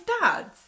dads